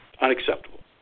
Unacceptable